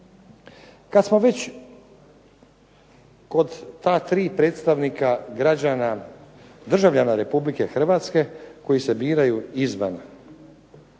Kad smo već kod ta tri predstavnika građana, državljana Republike Hrvatske, koji se biraju izvan